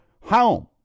home